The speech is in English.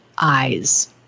eyes